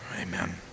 Amen